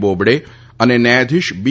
બોબડે અને ન્યાયાધીશ બી